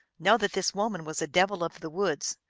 know that this woman was a devil of the woods,